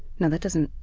you know that doesn't.